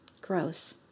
Gross